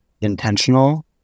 intentional